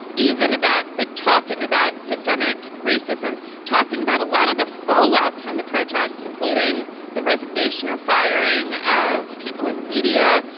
even about that. talking about systemic racism. talking about a lot of the fallout from the protests, including the resignation or firing of people in the media,